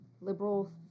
liberal